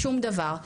שום דבר.